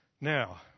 Now